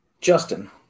Justin